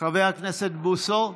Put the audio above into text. חבר הכנסת בוסו,